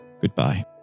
goodbye